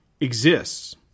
exists